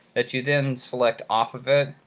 that you then select off of it,